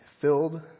filled